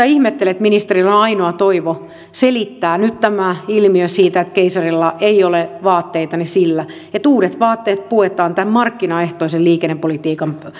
ihmettele että ministerillä on ainoa toivo selittää nyt tämä ilmiö siitä että keisarilla ei ole vaatteita sillä että uudet vaatteet puetaan tämän markkinaehtoisen liikennepolitiikan